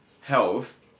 health